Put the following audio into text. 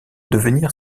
devenir